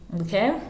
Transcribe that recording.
okay